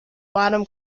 bottom